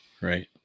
Right